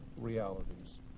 realities